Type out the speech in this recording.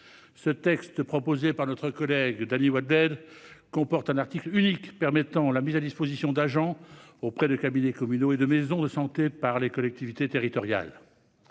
outils. Déposée par notre collègue Dany Wattebled, elle comporte un article unique qui prévoit la mise à disposition d'agents auprès de cabinets médicaux et de maisons de santé par les collectivités territoriales.